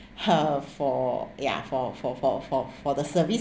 for ya for for for for for the service